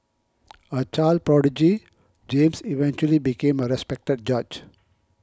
a child prodigy James eventually became a respected judge